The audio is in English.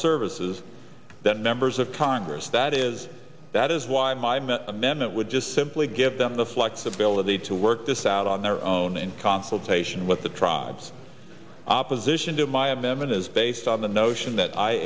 services that members of congress that is that is why my amendment would just simply give them the flexibility to work this out on their own in consultation with the tribes opposition to my amendment is based on the notion that i